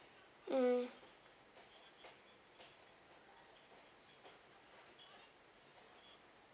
mm